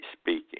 speaking